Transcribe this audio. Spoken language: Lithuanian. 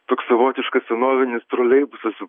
toks savotiškas senovinis troleibusas